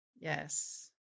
Yes